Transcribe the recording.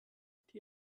die